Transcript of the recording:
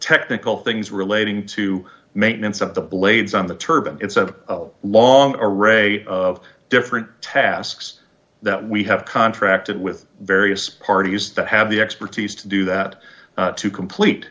technical things relating to maintenance of the blades on the turban it's a long array of different tasks that we have contracted with various parties that have the expertise to do that to complete